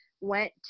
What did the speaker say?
went